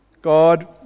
God